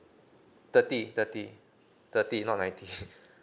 thirty thirty thirty not ninety